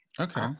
Okay